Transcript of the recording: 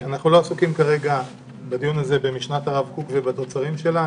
אנחנו לא עוסקים בדיון הזה במשנת הרב קוק ובתוצרים שלה,